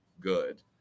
good